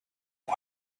why